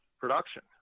production